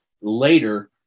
later